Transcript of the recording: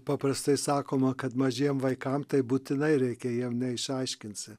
paprastai sakoma kad mažiem vaikam tai būtinai reikia jiem neišaiškinsi